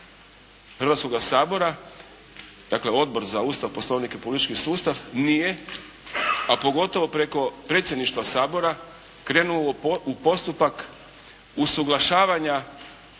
Hrvatskoga sabora, dakle Odbor za Ustav, Poslovnik i politički sustav nije, a pogotovo preko predsjedništva Sabora krenuo u postupak usuglašavanja